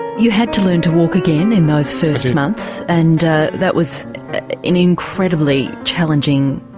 you had to learn to walk again in those first months and that was an incredibly challenging,